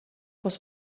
was